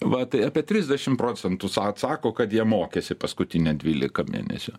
va tai apie trisdešim procentų sa atsako kad jie mokėsi paskutinį dvylika mėnesių